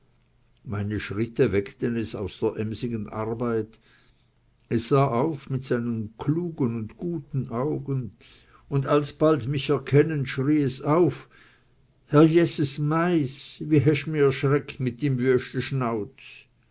meine schritte weckten es aus der emsigen arbeit es sah auf mit seinen klugen und guten augen und alsbald mich erkennend schrie es auf herr jeses meiß wie hesch mi erschreckt mit dym